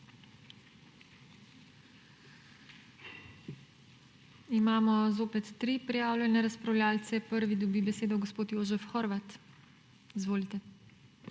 Imamo zopet tri prijavljene razpravljavce. Prvi dobi besedo gospod Jožef Horvat. Izvolite.